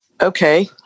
Okay